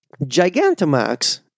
Gigantamax